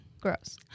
Gross